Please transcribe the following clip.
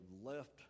left